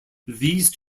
these